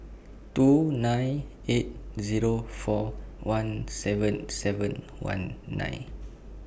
two nine eight Zero four one seven seven one nine